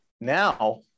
Now